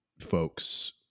folks